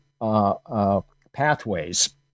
pathways